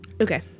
Okay